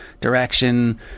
direction